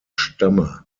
stamme